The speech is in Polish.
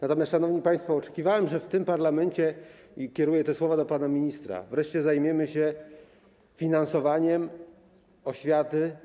Natomiast, szanowni państwo, oczekiwałem, że w tym parlamencie - kieruję te słowa do pana ministra - wreszcie zajmiemy się finansowaniem oświaty.